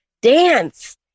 dance